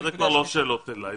זה כבר לא שאלות אלי,